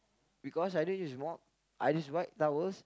because I don't use mop I just white towels